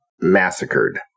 massacred